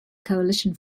coalition